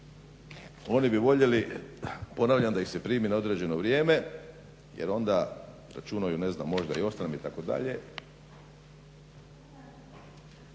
Oni bi voljeli ponavljam da ih se primi na određeno vrijeme jer onda računaju možda i ostanem itd.